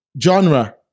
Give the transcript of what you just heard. Genre